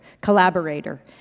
collaborator